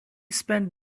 spent